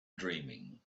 dreaming